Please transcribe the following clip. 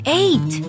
eight